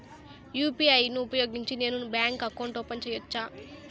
UPI ను ఉపయోగించి నేను బ్యాంకు అకౌంట్ ఓపెన్ సేయొచ్చా?